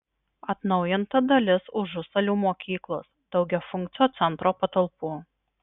atnaujinta dalis užusalių mokyklos daugiafunkcio centro patalpų